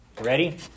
ready